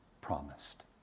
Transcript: promised